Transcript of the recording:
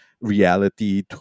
reality